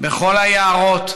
בכל היערות,